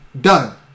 Done